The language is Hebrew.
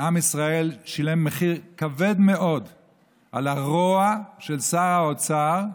עם ישראל שילם מחיר כבד מאוד על הרוע של שר האוצר,